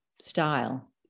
style